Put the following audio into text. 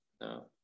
No